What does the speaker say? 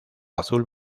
azul